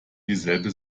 dieselbe